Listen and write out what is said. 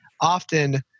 often